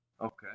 Okay